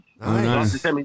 Nice